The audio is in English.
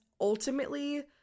ultimately